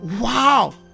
Wow